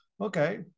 Okay